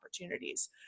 opportunities